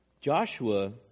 joshua